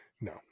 no